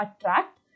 attract